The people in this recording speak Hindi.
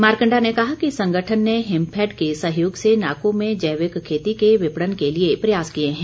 मारकण्डा ने कहा कि संगठन ने हिमफैंड के सहयोग से नाको में जैविक खेती के विपणन के लिए प्रयास किए हैं